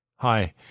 Hi